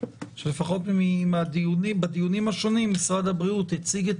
שלפחות בדיונים השונים משרד הבריאות הציג את